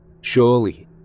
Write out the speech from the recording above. Surely